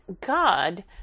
God